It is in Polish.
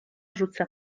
rzuca